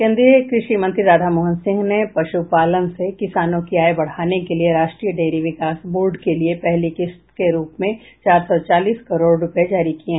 केन्द्रीय कृषि मंत्री राधा मोहन सिंह ने पशुपालन से किसानों की आय बढाने के लिए राष्ट्रीय डेयरी विकास बोर्ड के लिए पहली किश्त के रुप में चार सौ चालीस करोड़ रुपये जारी किये